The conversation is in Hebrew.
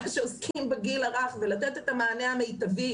שעוסקים בגיל הרך ולתת את המענה המיטבי,